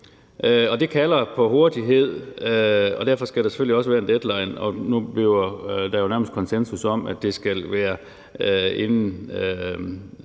Det kalder på hurtighed, og derfor skal der selvfølgelig også være en deadline. Nu bliver der vel nærmest konsensus om, at det skal være, inden